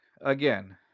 again